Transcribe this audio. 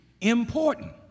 important